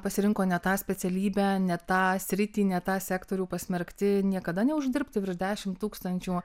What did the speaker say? pasirinko ne tą specialybę ne tą sritį ne tą sektorių pasmerkti niekada neuždirbti virš dešimt tūkstančių